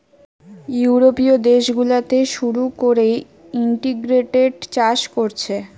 ইউরোপীয় দেশ গুলাতে শুরু কোরে ইন্টিগ্রেটেড চাষ কোরছে